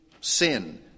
sin